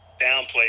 downplay